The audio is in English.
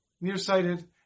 nearsighted